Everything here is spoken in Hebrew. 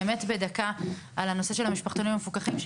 באמת בדקה על הנושא של המשפחתונים המפוקחים,